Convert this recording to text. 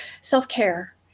self-care